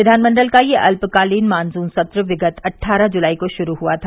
विधानमंडल का यह अल्पकालीन मानसून सत्र विगत अट्गरह जुलाई को शुरू हुआ था